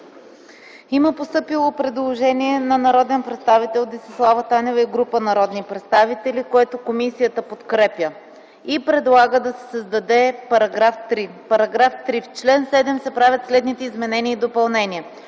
Има постъпило предложение на народния представител Десислава Танева и група народни представители, което комисията подкрепя и предлага да се създаде § 5: „§ 5. В чл. 11 се правят следните изменения и допълнения: